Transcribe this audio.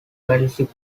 battleship